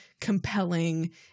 compelling